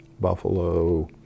buffalo